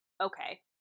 okay